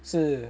是